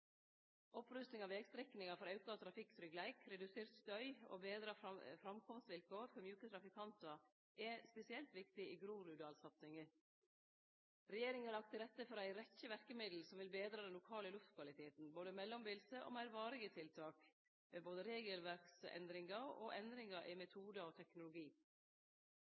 Opprusting av vegstrekningar for auka trafikktryggleik, redusert støy og betre framkomstvilkår for mjuke trafikantar er spesielt viktig i Groruddalen-satsinga. Regjeringa har lagt til rette for ei rekkje verkemiddel som vil betre den lokale luftkvaliteten, både mellombelse og meir varige tiltak – regelverksendringar og endringar i metodar og teknologi.